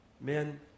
men